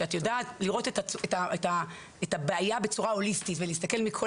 שאת יודעת לראות את הבעיה בצורה הוליסטית ולהסתכל מכל